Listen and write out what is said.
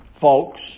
folks